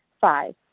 Five